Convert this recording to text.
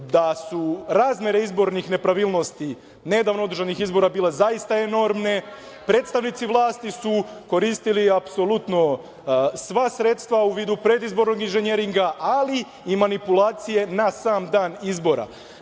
da su razmere izbornih nepravilnosti nedavno održanih izbora bile zaista enormne. Predstavnici vlasti su koristili apsolutno sva sredstva u vidu predizbornog inženjeringa, ali i manipulacije na sam dan izbora. Naša